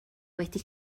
wedi